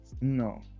No